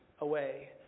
away